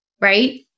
Right